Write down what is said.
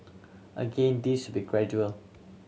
again this be gradual